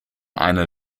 eine